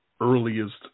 earliest